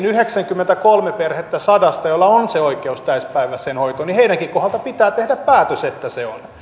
yhdeksääkymmentäkolmea perhettä sadasta joilla on se oikeus täyspäiväiseen hoitoon heidänkin kohdaltaan pitää tehdä päätös että se on